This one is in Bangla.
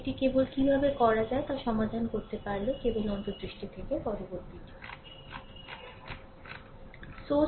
এটি কেবল কীভাবে করা যায় তা সমাধান করতে পারে কেবল অন্তর্দৃষ্টি থেকে পরবর্তী এটি